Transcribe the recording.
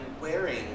wearing